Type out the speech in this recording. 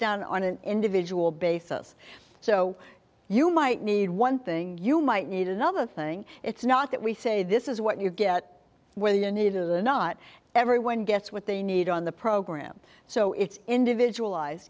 done on an individual basis so you might need one thing you might need another thing it's not that we say this is what you get where you need to the not everyone gets what they need on the program so it's individualized